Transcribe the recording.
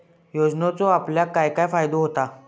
योजनेचो आपल्याक काय काय फायदो होता?